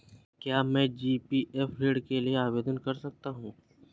क्या मैं जी.पी.एफ ऋण के लिए आवेदन कर सकता हूँ?